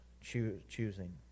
choosing